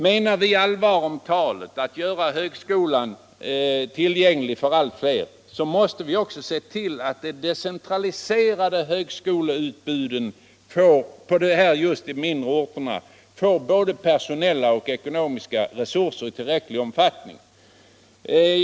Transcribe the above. Menar vi allvar med talet om att göra högskolan tillgänglig för allt fler, så måste vi också se till att de decentraliserade högskolefilialerna på de mindre orterna får tillräckliga ekonomiska och personella resurser.